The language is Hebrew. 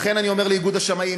לכן אני אומר לאיגוד השמאים,